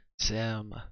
Sam